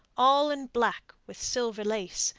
all in black with silver lace,